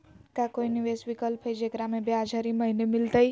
का कोई निवेस विकल्प हई, जेकरा में ब्याज हरी महीने मिलतई?